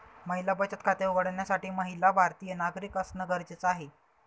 महिला बचत खाते उघडण्यासाठी महिला भारतीय नागरिक असणं गरजेच आहे